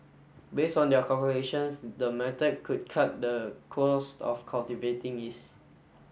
based on their calculations the method could cut the cost of cultivating yeast